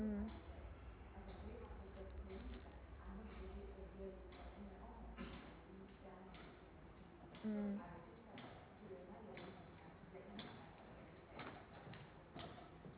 mm mm